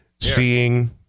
seeing